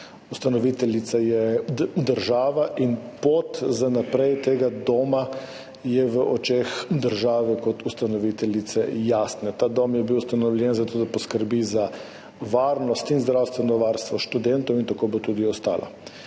Ustanoviteljica je država in pot tega doma za naprej je v očeh države kot ustanoviteljice jasna. Ta dom je bil ustanovljen zato, da poskrbi za varnost in zdravstveno varstvo študentov in tako bo tudi ostalo.